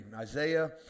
Isaiah